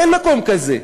אין מקום כזה.